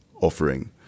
offering